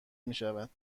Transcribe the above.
میشود